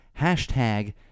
hashtag